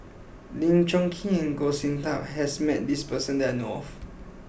Lim Chong Keat and Goh Sin Tub has met this person that I know of